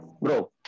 Bro